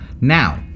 Now